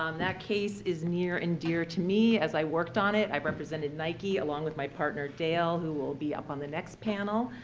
that case is near and dear to me, as i worked on it. i represented nike, along with my partner, dale, who will be up on the next panel,